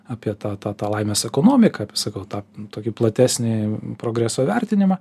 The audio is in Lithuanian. apie tą tą tą laimės ekonomiką apie sakau tą tokį platesnį progreso vertinimą